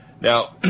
Now